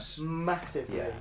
massively